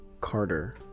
Carter